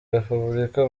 repubulika